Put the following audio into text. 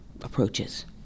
approaches